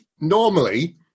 normally